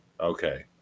Okay